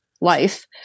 life